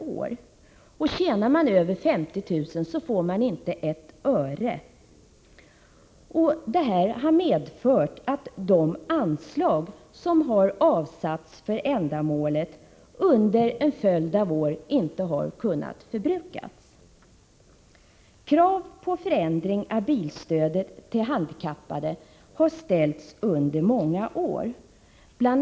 per år. Tjänar man över 50 000 kr. får man inte ett öre. Detta har under en följd av år medfört att de anslag som avsatts för ändamålet inte har kunnat förbrukas. Krav på förändring av bilstödet till handikappade har ställts under många år. Bl.